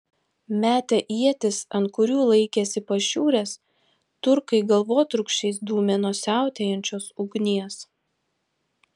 metę ietis ant kurių laikėsi pašiūrės turkai galvotrūkčiais dūmė nuo siautėjančios ugnies